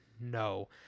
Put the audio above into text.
No